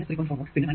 4 volt പിന്നെ 6